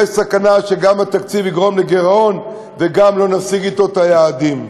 יש סכנה שגם התקציב יגרום לגירעון וגם לא נשיג אתו את היעדים.